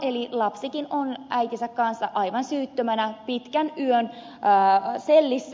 eli lapsikin on äitinsä kanssa aivan syyttömänä pitkän yön sellissä